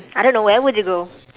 I don't know where would you go